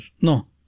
No